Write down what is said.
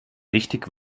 richtig